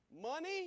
money